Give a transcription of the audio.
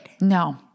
No